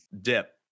dip